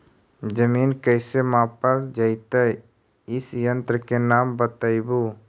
जमीन कैसे मापल जयतय इस यन्त्र के नाम बतयबु?